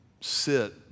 sit